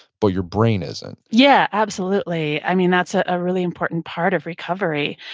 but your brain isn't yeah, absolutely. i mean, that's a ah really important part of recovery.